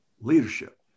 Leadership